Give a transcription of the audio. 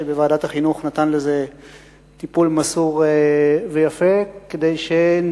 שנתן לזה טיפול מסור ויפה בוועדת החינוך,